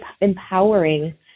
empowering